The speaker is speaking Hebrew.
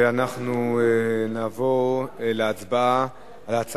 אנחנו נעבור להצבעה בקריאה ראשונה על